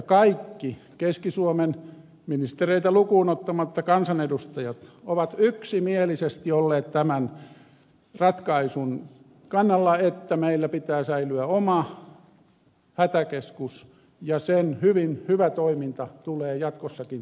kaikki keski suomen kansanedustajat ministereitä lukuun ottamatta ovat yksimielisesti olleet tämän ratkaisun kannalla että meillä pitää säilyä oma hätäkeskus ja sen hyvä toiminta tulee jatkossakin turvata